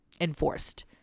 enforced